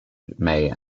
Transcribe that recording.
may